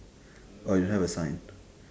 oh you don't have a sign